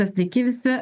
sveiki visi